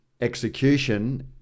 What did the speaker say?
execution